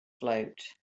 float